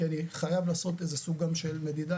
כי אני חייב לעשות גם איזה סוג של מדידה